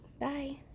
Bye